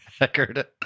record